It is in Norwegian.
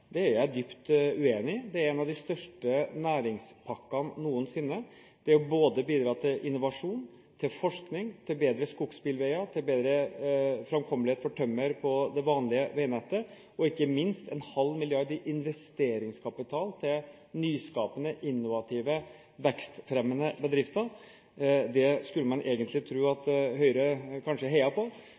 er jeg dypt uenig i. Dette er en av de største næringspakkene noensinne. Det å bidra til innovasjon, til forskning, til bedre skogsbilveier, til bedre framkommelighet for tømmerbiler på det vanlige veinettet og, ikke minst, bidra med 0,5 mrd. kr i investeringskapital til nyskapende, innovative og vekstfremmende bedrifter skulle man tro at Høyre heiet på,